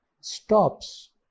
stops